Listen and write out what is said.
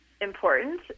important